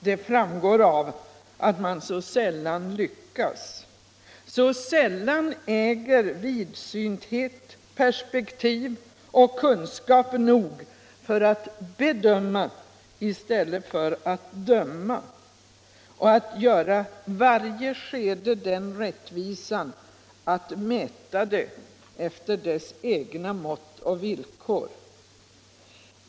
Det framgår av att man så sällan lyckas, så sällan äger vidsynthet, perspektiv och kunskap nog för att bedöma i stället för att döma och att göra varje skede den rättvisan att mäta det efter dess egna mått och villkor.